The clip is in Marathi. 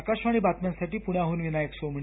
आकाशवाणी बातम्यांसाठी पुण्याहून विनायक सोमणी